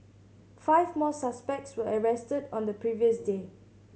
five more suspects were arrested on the previous day